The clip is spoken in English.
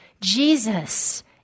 Jesus